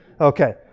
okay